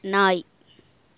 நாய்